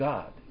God